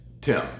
Tim